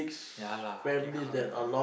ya lah can collect ah